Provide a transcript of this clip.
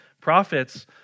prophets